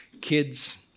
Kids